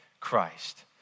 Christ